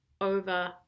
over